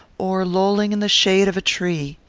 or lolling in the shade of a tree.